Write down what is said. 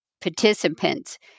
participants